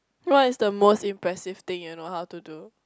what is the most impressive thing you know how to do